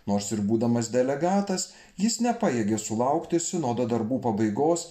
nors ir būdamas delegatas jis nepajėgė sulaukti sinodo darbų pabaigos